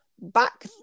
back